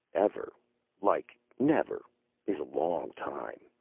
ever like never is a long time,